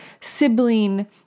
sibling